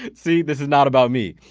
see, this is not about me.